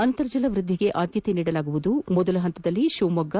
ಅಂತರ್ಜಲ ವ್ಯದ್ಧಿಗೆ ಆದ್ದತೆ ನೀಡಲಾಗುತ್ತಿದೆ ಮೊದಲ ಹಂತದಲ್ಲಿ ಶಿವಮೊಗ್ಗ